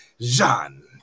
Jean